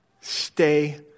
Stay